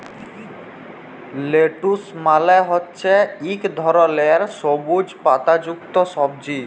lettuce মালে হছে ইক ধরলের সবুইজ পাতা যুক্ত সবজি